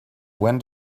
when